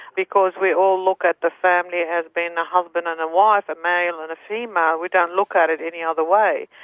because we all look at the family as being a husband and a wife, a male and a female, we don't look at it any other way.